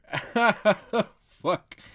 fuck